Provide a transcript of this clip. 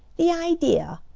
the idea!